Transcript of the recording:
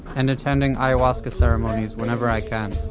and attending ayahuasca ceremonies whenever i can.